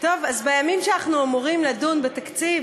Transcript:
אז בימים שאנחנו אמורים לדון בתקציב,